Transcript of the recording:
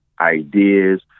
ideas